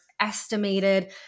estimated